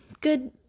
Good